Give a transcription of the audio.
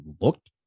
looked